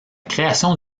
création